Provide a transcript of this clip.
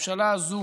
הממשלה הזו